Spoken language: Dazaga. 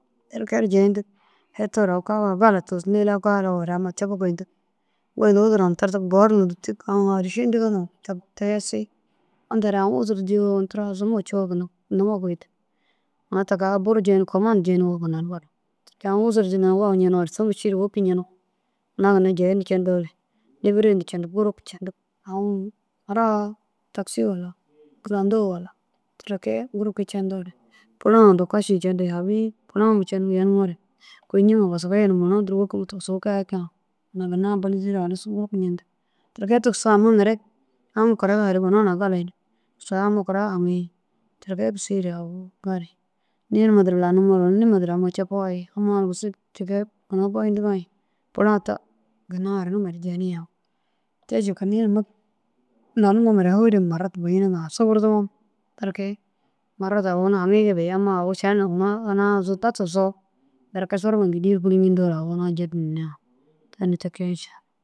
. Teede kee di jeeyindigi, hetoo de agu kagaa gala tigisoo, lila gala wode amma coppu goyindigi, goyindu udura na tirtig, boo di na dûtig, ãu êriša yindigaa na tegesiĩ, inda de ãu udur dîyoo, yunu tira azuma ciyoo ginna numa goyindig. Una te kaa budi jeeyinig, comãn jeeyinigoo ginna di gali. Te kee ãu udur diŋa na wawu njenoode, šomoši di wôki njenoode, una ginna jeeyindu cendoo de, lîbere yindig, guduku cendig, ãu maraaa. Taxi walla kilandoo walla tire kee guduku cendoo, pulã hundu kašindu cendu, yagabiĩ pulã huma cendu yenumoo de kôi njiŋa wasaga yemun, unu uduruũ wôki huma tigisoo kôi ai keã. Halas guduku njendig. Tere kee tigisoo amma mere amma kuda di hadig yuna hunaa gala yinig. Saga amma kura haŋiĩ. Tere kee gisii de agu gali, niĩ numa duro lanumoo yuna nime duro amma copugaa ye amma unu gisu tekee unu boyindiga, pulã te ginna haranuma de jeeniĩ agu. Te ši hôide huma marat buyinigi, suburdumoo. Tere kee, marat agu unu haŋiĩge bêi, amma agu šen, unaa unaa zunda tigisoo berke suru numa gînei di kûlunjinoo agu unaa jeedindinni aã, tena te kee inšalla.